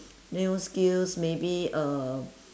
new skills maybe uh